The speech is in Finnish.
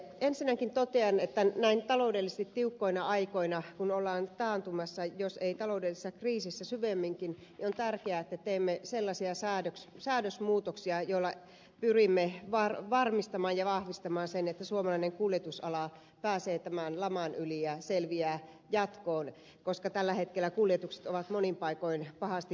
ensinnäkin totean että näin taloudellisesti tiukkoina aikoina kun ollaan taantumassa jos ei taloudellisessa kriisissä syvemminkin on tärkeää että teemme sellaisia säädösmuutoksia joilla pyrimme varmistamaan ja vahvistamaan sen että suomalainen kuljetusala pääsee tämän laman yli ja selviää jatkoon koska tällä hetkellä kuljetukset ovat monin paikoin pahasti vähentyneet